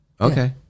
okay